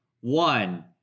one